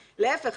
להיפך,